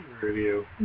review